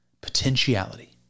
potentiality